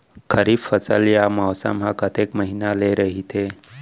खरीफ फसल या मौसम हा कतेक महिना ले रहिथे?